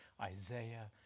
Isaiah